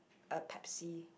a Pepsi